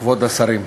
כבוד השרים,